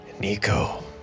Nico